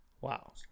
Wow